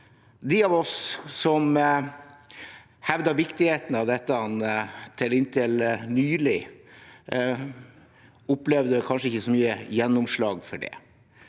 De av oss som hevder viktigheten av dette, opplevde inntil nylig kanskje ikke så mye gjennomslag for det.